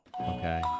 okay